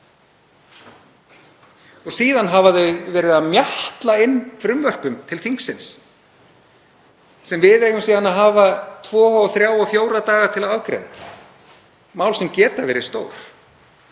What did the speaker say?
Og síðan hafa þau verið að mjatla inn frumvörpin til þingsins sem við eigum síðan að hafa tvo, þrjá og fjóra daga til að afgreiða, mál sem geta verið stór,